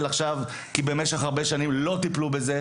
עכשיו כי במשך שנים רבות לא טיפלו בהם.